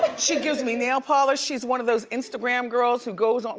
she gives me nail polish, she's one of those instagram girls who goes, um